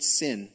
sin